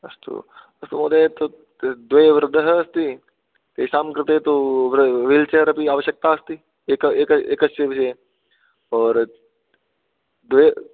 अस्तु अस्तु महोदय तत्र द्वे वृद्ध्ः अस्ति तेषां कृते तु व वील् चेर् अपि आवश्यकता अस्ति एक एक एकस्य विषये और् द्वय